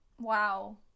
wow